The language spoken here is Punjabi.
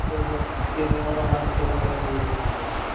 ਚਲੋ ਫਿਰ ਕਿਵੇਂ ਉਹਦਾ ਮੈਡਮ ਕਿਵੇਂ ਕਰੋਗੇ ਜੀ ਬਿੱਲਾਂ ਦਾ ਜੀ